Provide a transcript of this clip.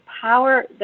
power